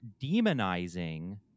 demonizing